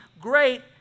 great